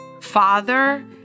father